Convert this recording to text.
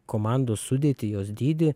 komandos sudėtį jos dydį